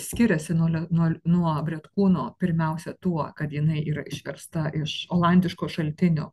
skiriasi nuo nuo bretkūno pirmiausia tuo kad jinai yra išversta iš olandiško šaltinio